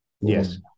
Yes